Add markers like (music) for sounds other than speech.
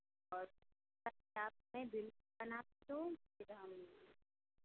और (unintelligible) बिल बना दूँ फिर हम